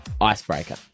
Icebreaker